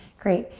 great,